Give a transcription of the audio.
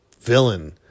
villain